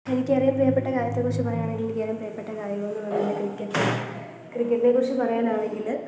എനിക്ക് ഏറെ പ്രിയപ്പെട്ട കാര്യത്തെക്കുറിച്ച് പറയുവാണെങ്കില് എനിക്ക് ഏറ്റവും പ്രിയപ്പെട്ട കായികമെന്ന് പറയുന്നത് ക്രിക്കറ്റ് ആണ് ക്രിക്കറ്റിനെക്കുറിച്ച് പറയാനാണെങ്കിൽ